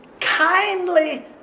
kindly